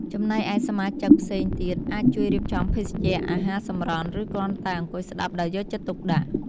ចំណែកឯសមាជិកផ្សេងទៀតអាចជួយរៀបចំភេសជ្ជៈ អាហារសម្រន់ ឬគ្រាន់តែអង្គុយស្ដាប់ដោយយកចិត្តទុកដាក់។